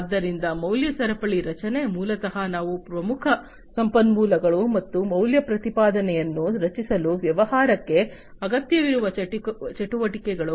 ಆದ್ದರಿಂದ ಮೌಲ್ಯ ಸರಪಳಿ ರಚನೆ ಮೂಲತಃ ಇವು ಪ್ರಮುಖ ಸಂಪನ್ಮೂಲಗಳು ಮತ್ತು ಮೌಲ್ಯ ಪ್ರತಿಪಾದನೆಯನ್ನು ರಚಿಸಲು ವ್ಯವಹಾರಕ್ಕೆ ಅಗತ್ಯವಿರುವ ಚಟುವಟಿಕೆಗಳು